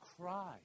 cry